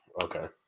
Okay